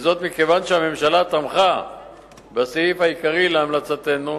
וזאת מכיוון שהממשלה תמכה בסעיף העיקרי להמלצתנו,